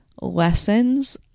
lessons